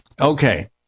Okay